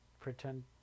pretend